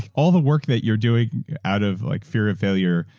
all the work that you're doing out of like fear of failure,